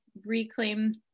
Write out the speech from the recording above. reclaim